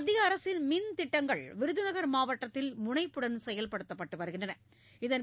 மத்திய அரசின் மின்திட்டங்கள் விருதுநகர் மாவட்டத்தில் முனைப்புடன் செயல்படுத்தப்பட்டு வருகின்றன